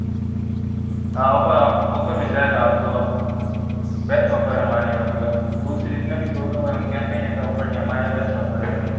हाँ offer offer मिल जाएगा आपको बेस्ट ऑफ़र है हमारे यहाँ मतलब दूसरे जितने भी शोरूम हैं उनके यहाँ कहीं ऐसा ऑफ़र नहीं हमारे यहाँ बेस्ट ऑफ़र है ये